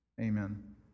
Amen